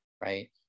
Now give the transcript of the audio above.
right